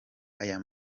aya